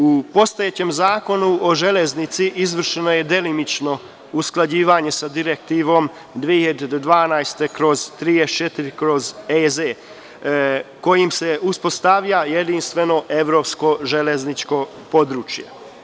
U postojećem Zakonu o železnici izvršeno je delimično usklađivanje sa direktivom 2012/34/EZ, kojim se uspostavlja jedinstveno evropsko železničko područje.